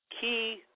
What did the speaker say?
key